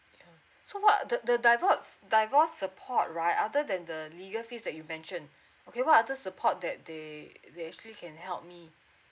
so what are the the divorce divorce support right other than the legal fees that you mentioned okay what other support that they they actually can help me